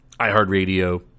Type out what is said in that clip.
iHeartRadio